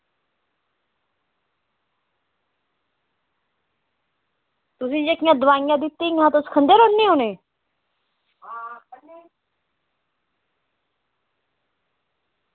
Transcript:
तुसें ई जेह्कियां दोआइयां दित्ती दियां हियां तुस खंदे रौह्ने उनेंगी